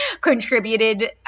contributed